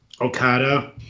Okada